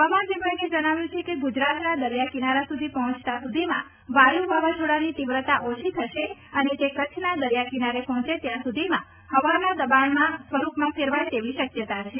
હવામાન વિભાગે જણાવ્યું છે કે ગુજરાતના દરિયાકિનારા સુધી પહોંચતા સુધીમાં વાયુ વાવાઝોડાની તીવ્રતા ઓછી થશે અને તે કચ્છના દરિયાકિનારે પહોંચે ત્યાં સુધીમાં હવાના દબાણના સ્વરૂપમાં ફેરવાય તેવી શક્યતા છે